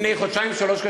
לפני חודשיים-שלושה,